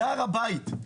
בהר הבית,